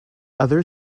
other